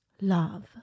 love